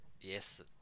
yes